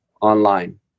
online